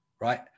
right